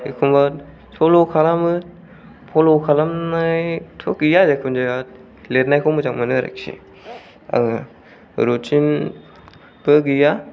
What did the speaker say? एखम्बा फल' खालामो फल' खालामनायथ' गैया जेखुनु जाया लिरनायखौ मोजां मोनो आरोखि आङो रुथिन बो गैया